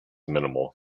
minimal